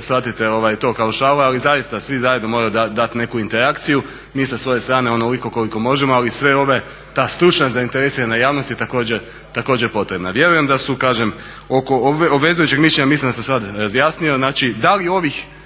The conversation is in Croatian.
shvatite to kao šalu ali zaista svi zajedno moramo dati neku interakciju, mi sa svoje strane onoliko koliko možemo, ali i sve ove ta stručna zainteresirana javnost je također potrebna. Oko obvezujućeg mislim da sam sada razjasnio znači da li ovih